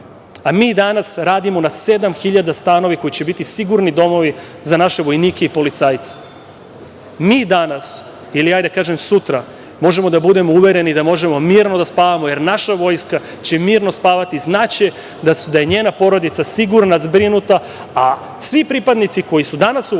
a mi danas radimo na 7.000 stanova koji će biti sigurni domovi za naše vojnike i policajce. Mi danas ili hajde da kažem sutra možemo da budemo uvereni da možemo mirno da spavamo, jer naša vojska će mirno spavati, znaće da je njena porodica sigurna, zbrinuta. Svi pripadnici koji su danas u Vojsci